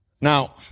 Now